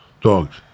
dogs